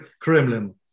Kremlin